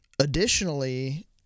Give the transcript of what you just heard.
additionally